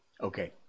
Okay